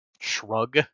Shrug